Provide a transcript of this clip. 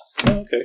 Okay